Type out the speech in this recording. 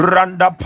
Randa